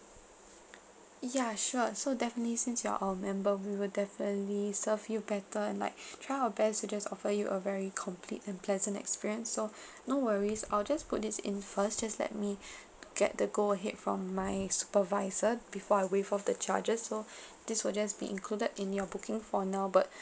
ya sure so definitely since you are our member we will definitely serve you better and like try our best to just offer you a very complete and pleasant experience so no worries I'll just put this in first just let me get the go ahead from my supervisor before I waive off the charges so this will just be included in your booking for now but